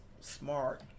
smart